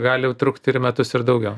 gali jau trukt ir metus ir daugiau